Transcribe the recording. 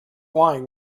line